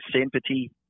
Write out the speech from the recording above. sympathy